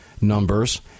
numbers